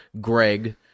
Greg